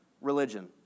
religion